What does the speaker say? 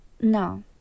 No